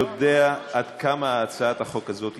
עד כמה הצעת החוק הזאת צודקת.